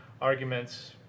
arguments